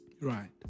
Right